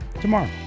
tomorrow